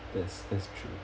that's that's true